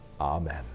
Amen